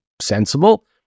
sensible